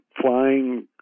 flying